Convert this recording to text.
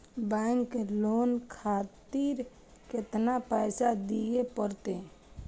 Bank loan खातीर केतना पैसा दीये परतें?